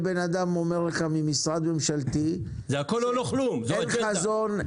אם אדם ממשרד ממשלתי אומר לך: אין חזון,